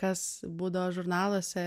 kas būdavo žurnaluose